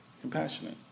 compassionate